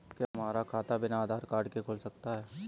क्या हमारा खाता बिना आधार कार्ड के खुल सकता है?